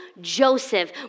Joseph